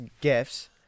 gifts